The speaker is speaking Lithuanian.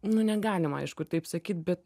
nu negalima aišku taip sakyt bet